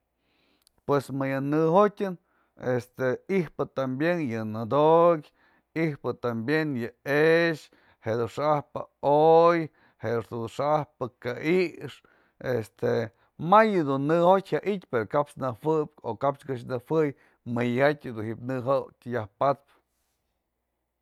Pues më yë nëjo'otpë este i'ijpë tambien yë nëdo'okë, i'ijpë tambien yë e'exë, jedun xa'ajpë o'oy, jedun xa'ajpë kë'ix, este may jadun në jotyë jya i'ityë pero cap nëwëbë o kap ech këx nëwëy mëdyajtë du ji'ib në jotyë yaj pa'adpë.